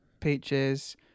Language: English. peaches